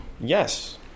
yes